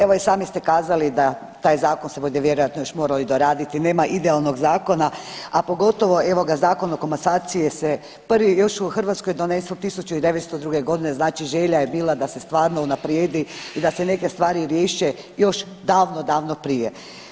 Evo i sami ste kazali da taj zakon se bude vjerojatno još morao i doraditi, nema idealnog zakona, a pogotovo evoga Zakon o komasaciji je se prvi još u Hrvatskoj donesel 1902.g. znači želja je bila da se stvarno unaprijedi i da se neke stvari riješe još davno, davno prije.